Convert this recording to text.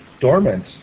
dormant